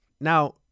Now